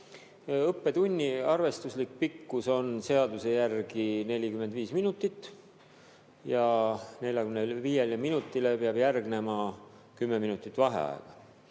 Õppetunni arvestuslik pikkus on seaduse järgi 45 minutit ja 45 minutile peab järgnema 10 minutit vaheaega.